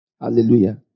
Hallelujah